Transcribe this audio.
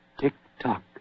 Tick-tock